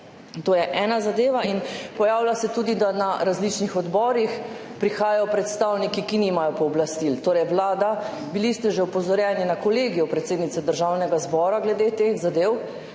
To je ena zadeva. Pojavlja se tudi, da na različne odbore prihajajo predstavniki, ki nimajo pooblastil. Vlada, bili ste že opozorjeni na Kolegiju predsednice Državnega zbora glede teh zadev,